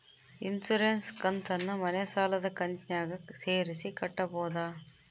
Insurance ಕಂತನ್ನ ಮನೆ ಸಾಲದ ಕಂತಿನಾಗ ಸೇರಿಸಿ ಕಟ್ಟಬೋದ?